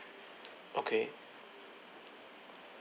okay